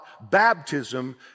baptism